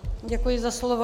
Děkuji za slovo.